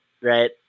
right